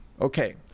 Okay